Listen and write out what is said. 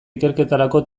ikerketarako